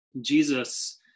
Jesus